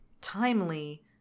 timely